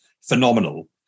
phenomenal